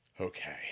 Okay